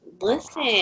Listen